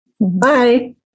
Bye